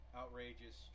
outrageous